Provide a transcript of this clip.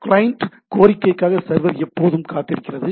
client கோரிக்கைக்குக்காக server எப்போதும் காத்திருக்கிறது